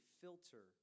filter